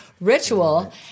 ritual